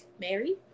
Mary